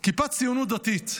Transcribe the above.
היא כיפת ציונות דתית,